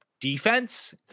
defense